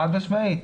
חד-משמעית.